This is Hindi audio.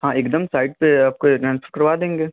हाँ एकदम साइट पर आपको करवा देंगे